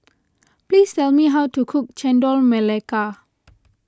please tell me how to cook Chendol Melaka